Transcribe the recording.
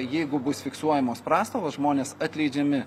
jeigu bus fiksuojamos prastovos žmonės atleidžiami